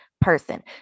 person